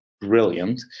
brilliant